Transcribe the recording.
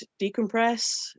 decompress